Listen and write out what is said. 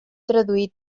traduir